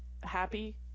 happy